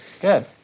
Good